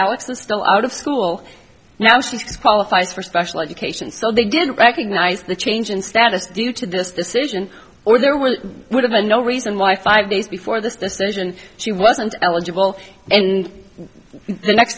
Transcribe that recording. alex is still out of school now she's qualifies for special education so they didn't recognize the change in status due to this decision or their will would have been no reason why five days before this decision she wasn't eligible and the next